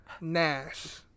Nash